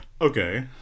Okay